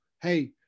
hey